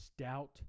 stout